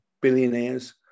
billionaires